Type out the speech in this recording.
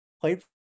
Played